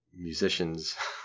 musicians